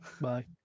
Bye